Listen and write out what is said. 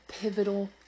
pivotal